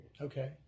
Okay